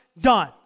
Done